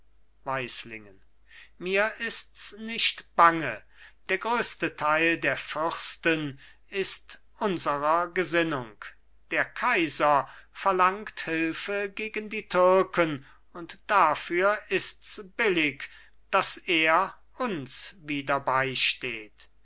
weislingen mir ist's nicht bange der größte teil der fürsten ist unserer gesinnung der kaiser verlangt hülfe gegen die türken und dafür ist's billig daß er uns wieder beisteht